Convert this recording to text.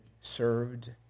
served